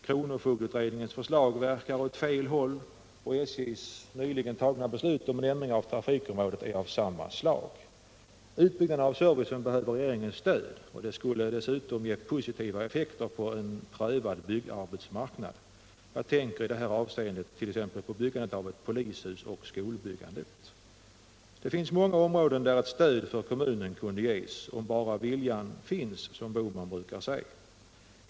Kronofogdeutredningens :förslag verkar vara riktat åt fel håll, och SJ:s nyligen fattade beslut om en ändring av trafikområdet är av samma slag. Utbyggnaden av servicen behöver regeringens stöd. Det skulle dessutom 17 ge positiva effekter på en prövad byggarbetsmarknad. Jag tänker i det här avseendet på t.ex. byggandet av ett polishus och skolbyggandet. Det finns många områden där ett stöd för kommunen kunde ges, om bara viljan finns, som herr Bohman brukar säga.